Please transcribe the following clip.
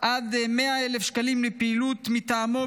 עד 100,000 שקלים לפעילות מטעמו,